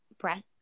breath